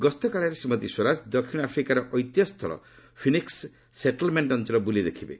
ଗସ୍ତକାଳରେ ଶ୍ରୀମତୀ ସ୍ୱରାଜ ଦକ୍ଷିଣ ଆଫ୍ରିକାର ଐତିହ୍ୟସ୍ଥଳ ଫିନିକ୍ ସେଟଲ୍ମେଣ୍ଟ ଅଞ୍ଚଳ ବୁଲି ଦେଖିବେ